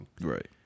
Right